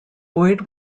boyd